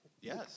Yes